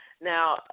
Now